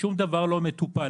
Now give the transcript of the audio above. ושום דבר לא מטופל.